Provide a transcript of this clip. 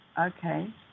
Okay